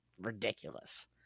ridiculous